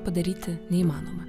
padaryti neįmanoma